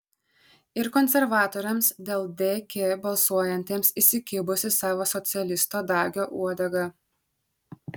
ir konservatoriams dėl dk balsuojantiems įsikibus į savo socialisto dagio uodegą